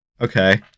Okay